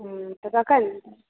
हूँ तऽ कखन